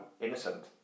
innocent